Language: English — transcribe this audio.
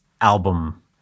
album